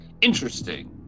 interesting